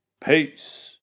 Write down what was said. Peace